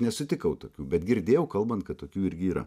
nesutikau tokių bet girdėjau kalbant kad tokių irgi yra